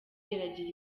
iragira